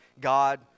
God